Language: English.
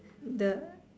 the